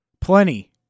plenty